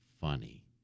funny